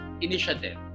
initiative